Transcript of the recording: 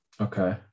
Okay